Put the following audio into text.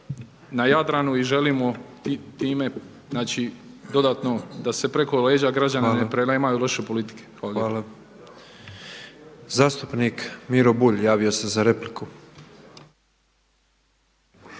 na Jadranu i želimo time dodatno da se preko leđa građana ne prelamaju loše politike. Hvala. **Petrov, Božo (MOST)** Hvala. Zastupnik Miro Bulj javio se za repliku.